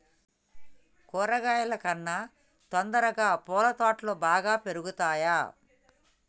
కూరగాయల కన్నా తొందరగా పూల తోటలు బాగా పెరుగుతయా?